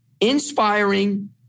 inspiring